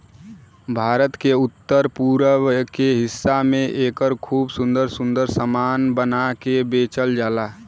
भारत के उत्तर पूरब के हिस्सा में एकर खूब सुंदर सुंदर सामान बना के बेचल जाला